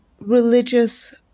religious